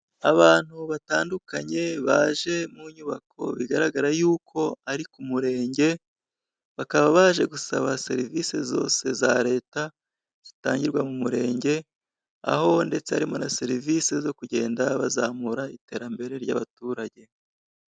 Abantu batandukanye baje mu nyubako bigaragara y'uko ari ku murenge, bakaba baje gusaba serivisi zose za leta zitangirwa mu murenge, aho ndetse harimo na serivisi zo kugenda bazamura iterambere ry'abaturage.